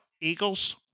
Eagles